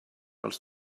els